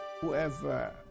Whoever